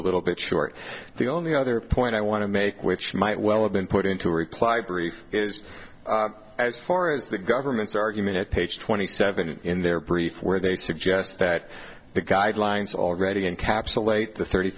a little bit short the only other point i want to make which might well have been put into a reply brief is as far as the government's argument at page twenty seven in their brief where they suggest that the guidelines already encapsulate the thirty